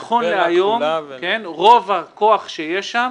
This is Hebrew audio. נכון להיום, רוב הכוח שיש שם,